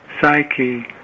psyche